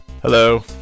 Hello